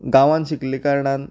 गांवांत शिकिल्ल्या कारणान